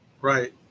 Right